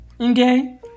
okay